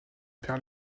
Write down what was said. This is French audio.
perd